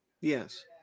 Yes